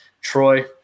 Troy